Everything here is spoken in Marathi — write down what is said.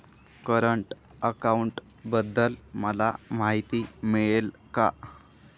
करंट अकाउंटबद्दल मला माहिती मिळेल का?